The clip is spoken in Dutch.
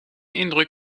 indruk